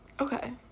Okay